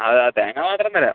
അത് ആ തേങ്ങ മാത്രം തരാം